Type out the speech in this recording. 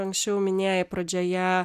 anksčiau minėjai pradžioje